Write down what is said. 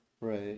right